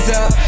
up